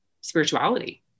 spirituality